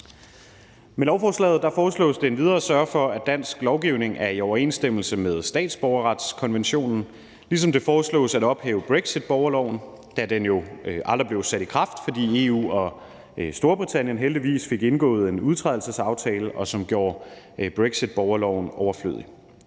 Med lovforslaget foreslås det endvidere at sørge for, at dansk lovgivning er i overensstemmelse med statsborgerretskonventionen, ligesom det foreslås at ophæve brexitborgerloven, da den jo aldrig blevet sat i kraft, fordi EU og Storbritannien heldigvis fik indgået en udtrædelsesaftale, som gjorde brexitborgerloven overflødig.